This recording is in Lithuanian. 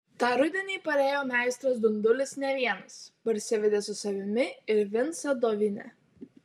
tą rudenį parėjo meistras dundulis ne vienas parsivedė su savimi ir vincą dovinę